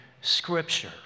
Scripture